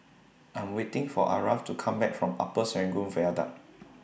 I Am waiting For Aarav to Come Back from Upper Serangoon Viaduct